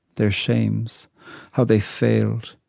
their shames how they failed.